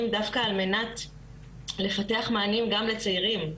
דווקא על מנת לפתח מענים גם לצעירים.